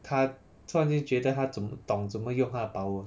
他突然间觉得他怎么懂怎么用他的 power